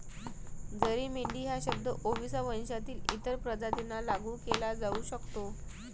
जरी मेंढी हा शब्द ओविसा वंशातील इतर प्रजातींना लागू केला जाऊ शकतो